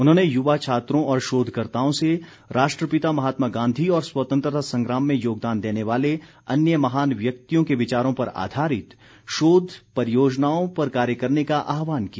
उन्होंने युवा छात्रों और शोधकर्ताओं से राष्ट्रपिता महात्मा गांधी और स्वतंत्रता संग्राम में योगदान देने वाले अन्य महान व्यक्तियों के विचारों पर आधारित शोध परियोजनाओं पर कार्य करने का आहवान किया